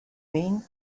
mean